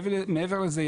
מעבר לזה,